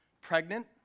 pregnant